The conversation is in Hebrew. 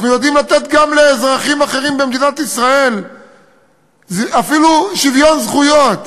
אנחנו יודעים לתת גם לאזרחים אחרים במדינת ישראל אפילו שוויון זכויות,